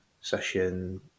session